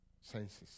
senses